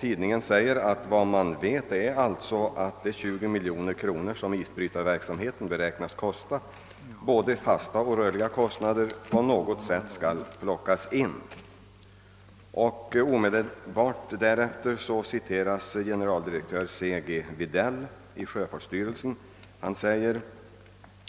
Tidningen säger, att vad man vet är att det är 20 miljoner kronor som isbrytarverksamheten beräknas kosta i både fasta och rörliga kostnader och att dessa på något sätt skall plockas in. Omedelbart därefter citeras generaldirektören C. G. Widell i sjöfartsstyrelsen. Han säger: